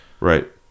Right